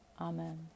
Amen